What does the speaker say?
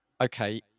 okay